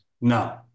No